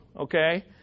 okay